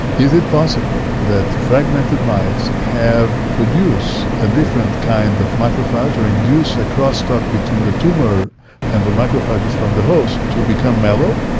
is it possible that fragmented mice have produced a different kind of macrophage or induced a crosstalk between the tumour and the macrophages from the host to become mellow,